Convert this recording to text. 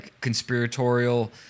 conspiratorial